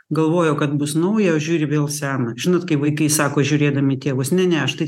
galvojo kad bus nauja o žiūri vėl sena žinot kaip vaikai sako žiūrėdami tėvus ne na aš tai